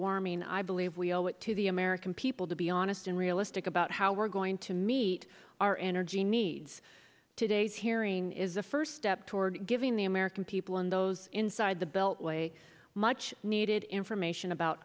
warming i believe we owe it to the american people to be honest and realistic about how we're going to meet our energy needs today's hearing is the first step toward giving the american people and those inside the beltway much needed information about